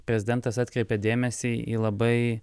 prezidentas atkreipė dėmesį į labai